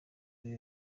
kuri